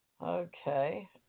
Okay